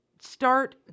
start